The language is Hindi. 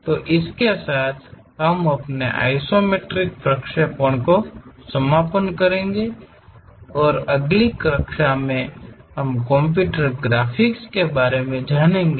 तो इसके साथ हम अपने आइसोमेट्रिक प्रक्षेपणों का समापन करेंगे और अगली कक्षा में हम कंप्यूटर ग्राफिक्स के बारे में जानेंगे